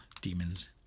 demons